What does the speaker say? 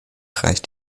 reicht